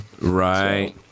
Right